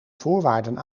voorwaarden